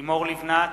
לימור לבנת,